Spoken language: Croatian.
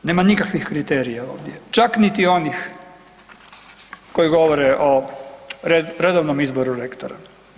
Nema nikakvih kriterija ovdje, čak niti onih koji govore o redovnom izboru rektora.